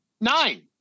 nine